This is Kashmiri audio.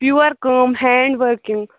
پیٚور کٲم ہینٛڈ ؤرکِنٛگ